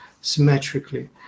symmetrically